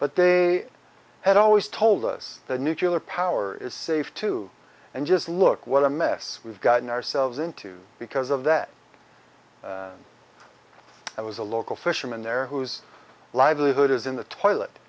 but they had always told us that nuclear power is safe too and just look what a mess we've gotten ourselves into because of that i was a local fisherman there whose livelihood is in the toilet